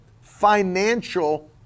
financial